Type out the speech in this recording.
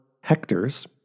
hectares